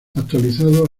actualizado